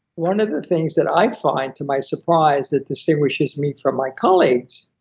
one of the things that i find, to my surprise, that distinguishes me from my colleagues